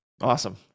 Awesome